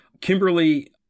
Kimberly